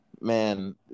Man